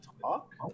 talk